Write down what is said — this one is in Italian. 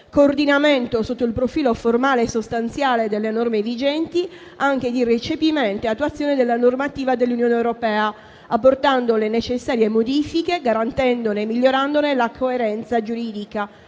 coordinamento sotto il profilo formale e sostanziale delle norme vigenti, anche di recepimento e attuazione della normativa dell'Unione europea, apportando le necessarie modifiche, garantendone e migliorandone la coerenza giuridica,